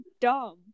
dumb